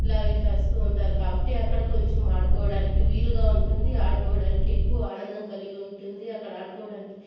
ఇలాగే చేస్తు ఉంటారు కాబట్టి అక్కడ కొంచెం ఆడుకోవడానికి వీలుగా ఉంటుంది ఆడుకోవడానికి ఎక్కువ ఆనందం కలిగి ఉంటుంది అక్కడ ఆడుకోవడానికి